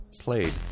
played